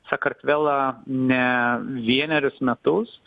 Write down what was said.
sakartvelą ne vienerius metus